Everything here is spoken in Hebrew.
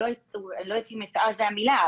אני לא יודעת אם הטעה זו המילה.